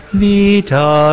vita